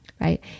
Right